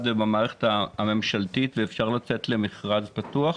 ובמערכת הממשלתית ואפשר לצאת למכרז פתוח?